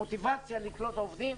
על מוטיבציה לקלוט עובדים.